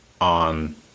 on